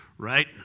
right